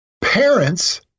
parents